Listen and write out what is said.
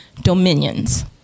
dominions